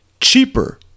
cheaper